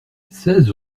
seize